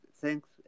thanks